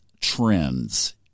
trends